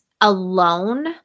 alone